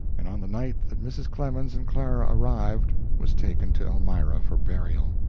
and on the night that mrs. clemens and clara arrived was taken to elmira for burial.